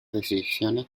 decisiones